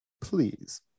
Please